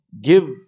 give